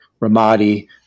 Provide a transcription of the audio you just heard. Ramadi